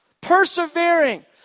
Persevering